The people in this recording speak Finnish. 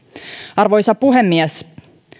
arvoisa puhemies